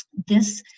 this